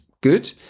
good